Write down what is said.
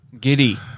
Giddy